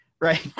right